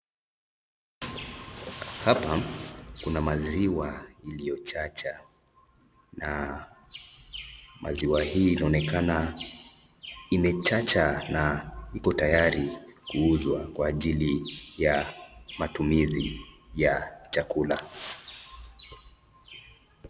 Hapa kuna maziwa iliiyochacha na maziwa hii inaonekana imechacha iko tayari kuuzwa kwa ajili ya matumizi ya chakula.